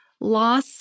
loss